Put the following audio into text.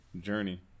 Journey